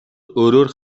өөрөөр